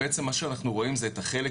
יש את עולם הרכב,